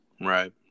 Right